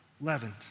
leavened